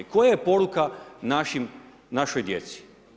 I koja je poruka našoj djeci?